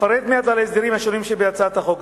אפרט מעט על ההסדרים השונים שבהצעת החוק.